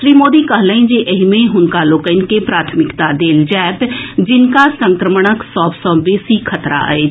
श्री मोदी कहलनि जे एहि मे हुनका लोकनि के प्राथमिकता देल जाएत जिनका संक्रमणक सभ सँ बेसी खतरा अछि